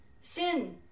sin